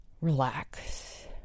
relax